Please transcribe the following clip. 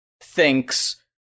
thinks